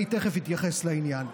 אני תכף אתייחס לעניין.